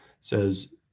says